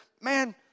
Man